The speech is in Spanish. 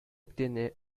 obtiene